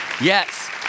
Yes